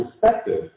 perspective